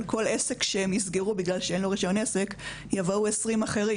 על כל עסק שייסגרו בגלל שאין לו רישיון עסק יבואו 20 אחרים,